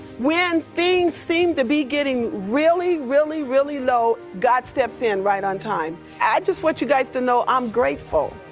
when things seem to be getting really, really, really low, god steps in right on time. i just want you guys to know i'm grateful.